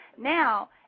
Now